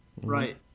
Right